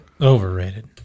Overrated